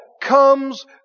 comes